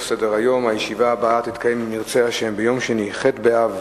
השנה נהרגו 29 רוכבי רכב דו-גלגלי.